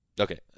Okay